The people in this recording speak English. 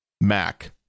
Mac